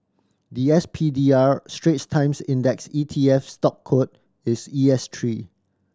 the S P D R Straits Times Index E T F stock code is E S three